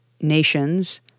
Nations